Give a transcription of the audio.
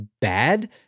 bad